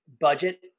budget